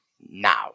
now